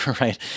right